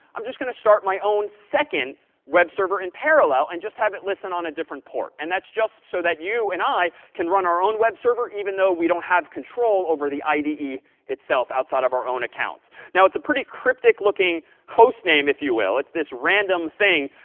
i'm just going to start my own second web server in parallel and just have it listen on a different port. and that's just so that you and i can run our own web server even though we don't have control over the ide itself outside of our own accounts. now, it's a pretty cryptic looking hostname, if you will. it's this random thing,